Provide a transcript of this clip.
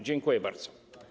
Dziękuję bardzo.